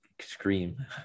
scream